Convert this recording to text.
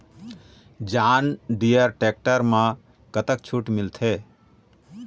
John Deere tractor म कतक छूट मिलथे?